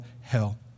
hell